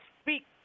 speak